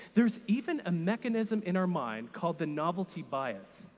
there's even a mechanism in our mind called the novelty bias,